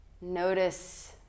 Notice